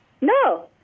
No